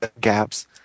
gaps